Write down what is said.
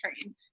train